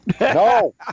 No